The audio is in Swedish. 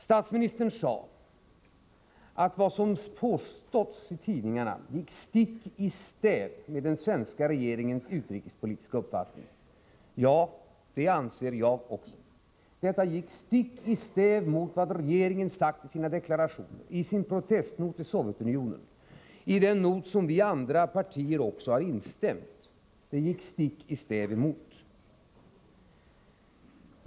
Statsministern sade att vad som påståtts i tidningarna gick stick i stäv mot den svenska regeringens utrikespolitiska uppfattning. Ja, det anser jag också. Detta går stick i stäv mot vad regeringen sagt i sina deklarationer och i sin protestnot till Sovjetunionen — den not som vi andra partier också har instämt i.